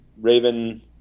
Raven